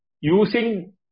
using